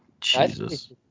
Jesus